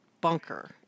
bunker